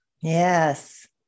Yes